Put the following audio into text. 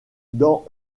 dans